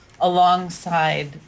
alongside